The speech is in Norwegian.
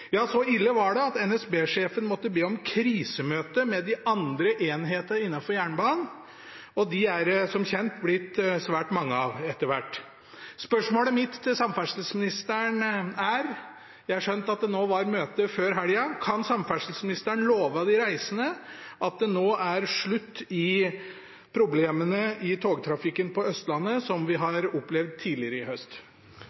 Ja, så ille var det at NSB-sjefen måtte be om krisemøte med de andre enhetene innenfor jernbanen, og de er det som kjent blitt svært mange av etter hvert. Jeg har skjønt at det var et møte nå før helga, og spørsmålet mitt til samferdselsministeren er: Kan samferdselsministeren love de reisende at det nå er slutt på problemene i togtrafikken på Østlandet, som vi